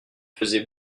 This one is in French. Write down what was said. faisait